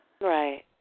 right